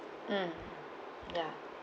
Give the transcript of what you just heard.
mm ya